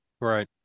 right